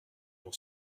mon